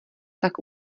tak